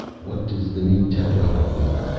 what does the name tetrahyde mean?